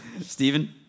Stephen